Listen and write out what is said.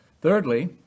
thirdly